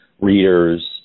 readers